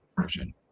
version